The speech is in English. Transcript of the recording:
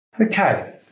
Okay